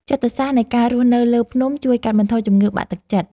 ចិត្តសាស្ត្រនៃការរស់នៅលើភ្នំជួយកាត់បន្ថយជំងឺបាក់ទឹកចិត្ត។